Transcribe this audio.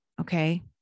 Okay